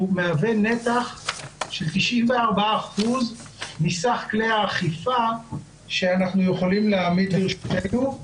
מהווה נתח של 94% מסך כלי האכיפה שיכולים לעמוד לרשותנו,